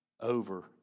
over